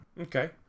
Okay